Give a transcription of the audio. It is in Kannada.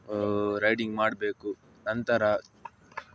ರೈಡಿಂಗ್ ಮಾಡಬೇಕು ನಂತರ